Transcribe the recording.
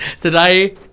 Today